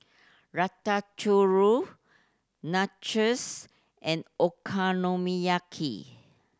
Nachos and Okonomiyaki